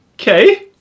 okay